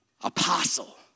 apostle